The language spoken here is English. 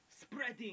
spreading